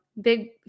big